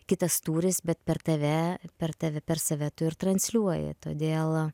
kitas tūris bet per tave per tave per save tu ir transliuoji todėl